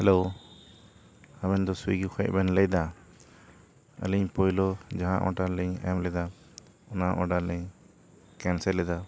hello ᱟᱵᱮᱱ ᱫᱚ Swiggy ᱠᱷᱚᱱ ᱵᱮᱱ ᱞᱟᱹᱭ ᱮᱫᱟ ᱟᱞᱤᱧ ᱯᱳᱭᱞᱳ ᱡᱟᱦᱟᱸ ᱳᱰᱟᱨ ᱞᱤᱧ ᱮᱢ ᱞᱮᱫᱟ ᱚᱱᱟ ᱳᱰᱟᱨ ᱞᱤᱧ ᱠᱮᱱᱥᱮᱞ ᱮᱫᱟ